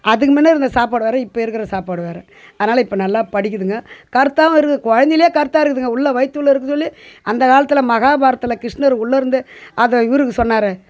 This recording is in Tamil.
அதுக்கு முன்ன இருந்த சாப்பாடு வேற இப்போ இருக்கிற சாப்பாடு வேற அதனால் இப்போ நல்லா படிக்கிதுங்க கருத்தாகவும் இருக்குது குழந்தையிலே கருத்தாக இருக்குதுங்க உள்ள வயித்து உள்ள இருக்க சொல்லியே அந்த காலத்துல மகாபாரதத்துல கிருஷ்ணர் உள்ள இருந்தே அதை இவருக்கு சொன்னாரே